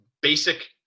basic